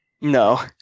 No